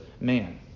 man